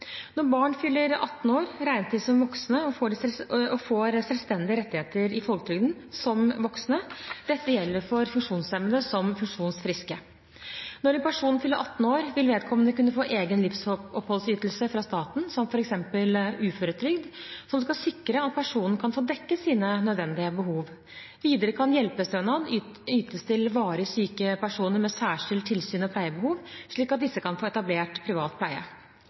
Når barn fyller 18 år, regnes de som voksne og får selvstendige rettigheter i folketrygden som voksne. Dette gjelder for funksjonshemmede som for funksjonsfriske. Når en person fyller 18 år, vil vedkommende kunne få egen livsoppholdsytelse fra staten, som f.eks. uføretrygd, som skal sikre at personen kan få dekket sine nødvendige behov. Videre kan hjelpestønad ytes til varig syke personer med særskilt tilsyns- og pleiebehov, slik at disse kan få etablert privat pleie.